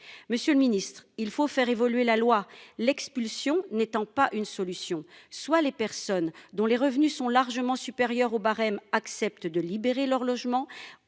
Monsieur le Ministre, il faut faire évoluer la loi. L'expulsion n'étant pas une solution, soit les personnes dont les revenus sont largement supérieur au barème accepte de libérer leur logement